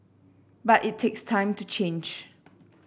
but it takes time to change